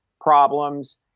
problems